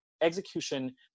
execution